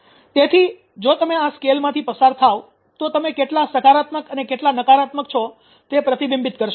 તેથી જો તમે આ સ્કેલમાંથી પસાર થાવ તો તમે કેટલા સકારાત્મક અને કેટલા નકારાત્મક છો તે પ્રતિબિંબિત કરશે